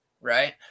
right